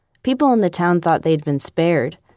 people in the town thought they'd been spared.